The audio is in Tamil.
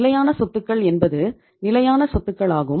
நிலையான சொத்துக்கள் என்பது நிலையான சொத்துக்கள் ஆகும்